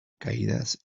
caídas